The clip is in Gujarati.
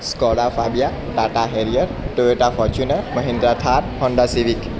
Skoda Fabia Tata Harrier Toyota Fortuner Mahindra Thar Honda civic